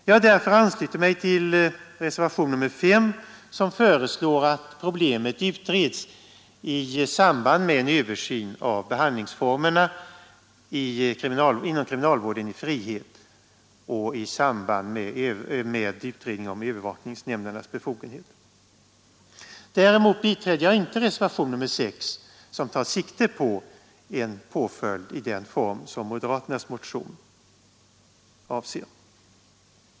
Jag har därför anslutit mig till reservationen 5, i vilken föreslås att problemet utreds i samband med en översyn av behandlingsformerna inom kriminalvården i frihet och i samband med en utredning om övervakningsnämndernas befogenheter. Däremot biträder jag inte reservationen 6 som tar sikte på en påföljd i den form som moderaternas motion avser.